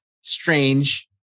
strange